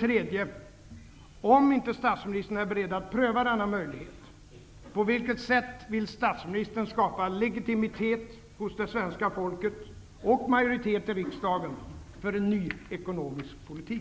3. Om inte statsministern är beredd att pröva denna möjlighet, på vilket sätt vill statsministern skapa legitimitet hos det svenska folket och majoritet i riksdagen för en ny ekonomisk politik?